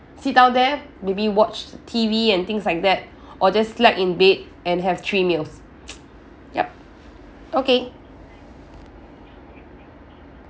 sit down there maybe watch T_V and things like that or just slack in bed and have three meals yup okay